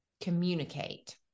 communicate